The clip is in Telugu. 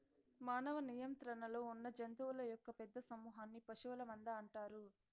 మానవ నియంత్రణలో ఉన్నజంతువుల యొక్క పెద్ద సమూహన్ని పశువుల మంద అంటారు